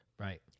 Right